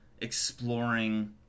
exploring